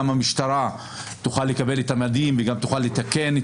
גם המשטרה תוכל לקבל את המדים וגם תוכל לתקן את